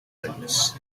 años